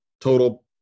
total